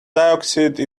dioxide